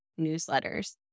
newsletters